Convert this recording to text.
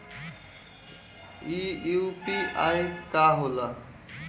ई यू.पी.आई का होला?